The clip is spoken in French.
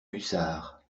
hussard